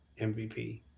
MVP